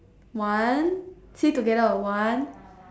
one say together one